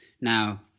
now